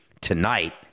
Tonight